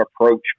approach